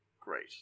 great